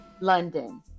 London